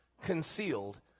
concealed